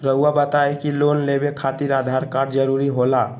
रौआ बताई की लोन लेवे खातिर आधार कार्ड जरूरी होला?